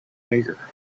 bigger